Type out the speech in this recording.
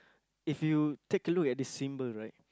if you take a look at this symbol right